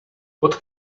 what